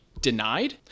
denied